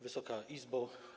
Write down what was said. Wysoka Izbo!